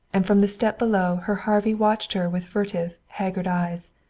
and from the step below her harvey watched her with furtive, haggard eyes.